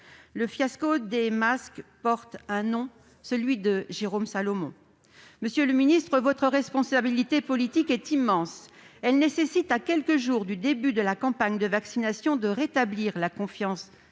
Ce fiasco des masques porte un nom : Jérôme Salomon. Monsieur le ministre, votre responsabilité politique est immense. À quelques jours du début de la campagne de vaccination, vous devez rétablir la confiance